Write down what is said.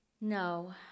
No